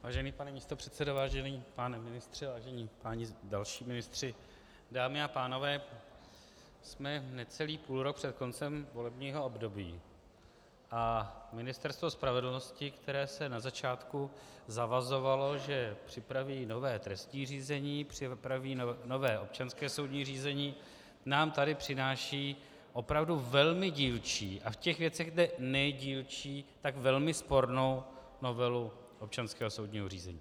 Vážený pane místopředsedo, vážený pane ministře, vážení další páni ministři, dámy a pánové, jsme necelý půlrok před koncem volebního období a Ministerstvo spravedlnosti, které se na začátku zavazovalo, že připraví nové trestní řízení, připraví nové občanské soudní řízení, nám tady přináší opravdu velmi dílčí a v těch věcech kde nejdílčí, tak velmi spornou novelu občanského soudního řízení.